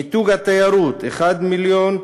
מיתוג התיירות, 1 מיליון,